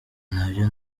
nabyo